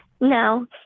No